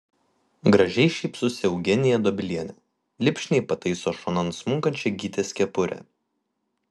gražiai šypsosi eugenija dobilienė lipšniai pataiso šonan smunkančią gytės kepurę